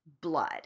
blood